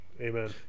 amen